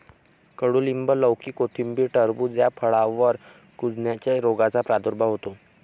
कडूलिंब, लौकी, कोथिंबीर, टरबूज या फळांवर कुजण्याच्या रोगाचा प्रादुर्भाव होतो